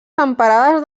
temperades